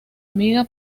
amiga